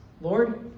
Lord